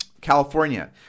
California